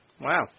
Wow